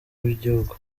wigihugu